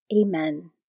Amen